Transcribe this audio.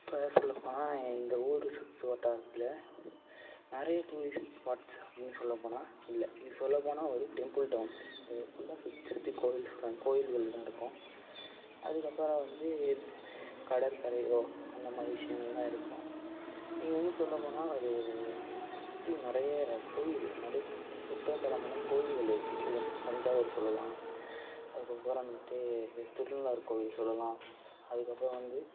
இப்போ சொல்லப்போனால் இந்த ஊர் சுற்று வட்டாரத்தில் நிறைய டூரிஸ்ட் ஸ்பாட்ஸ் அப்படின்னு சொல்லப்போனால் இல்லை இது சொல்லப்போனால் ஒரு டெம்பிள் டவுன்ஸ் இது ஃபுல்லாக சுற்றி சுற்றி கோயில் தான் கோவில்கள் தான் இருக்கும் அதுக்கப்புறம் வந்து கடற்கரையோ அந்த மாதிரி விஷயங்கள் தான் இருக்கும் நீங்கள் வந்து சொல்லப்போனால் ஒரு சுற்றி நிறைய கோயில் நடு சுற்றுலாத்தலமான கோவில்கள் இருக்குது இதெல்லாம் தஞ்சாவூர் சொல்லலாம் அதுக்கப்புறமேட்டு திருநள்ளாறு கோவில் சொல்லலாம் அதுக்கப்புறம் வந்து